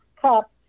cup